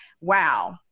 wow